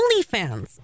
OnlyFans